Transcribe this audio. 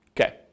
Okay